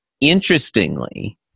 Interestingly